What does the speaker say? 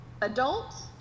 adults